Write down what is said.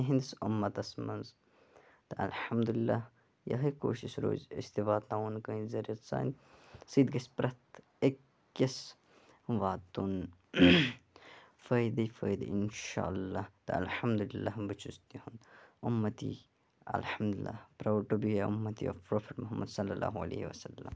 یِہِنٛدِس اُمَّتَس مَنٛز تہٕ اَلحَمدُلِلّلہ یِہَے کوٗشِش روزِ أسۍ تہِ واتناوو نہٕ کٲنٛسہِ زَریٚر سانہِ سۭتۍ گَژھِ پرٛتھ أکِس واتُن فٲیدَے فٲیدٕ اِنشاء اللہ تہٕ اَلحَمدُلِلّلہ بہٕ چھُس اُمّتی اَلحَمدُلِلّلہ پرٛاوُڈ ٹُو بی اے اُمّتی آف پرٛافِٹ مُحمد صلَہ اللہُ علیہِہ وَسَلَم